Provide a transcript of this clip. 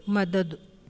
मदद